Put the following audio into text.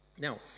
Now